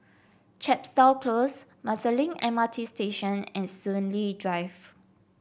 Chepstow Close Marsiling M R T Station and Soon Lee Drive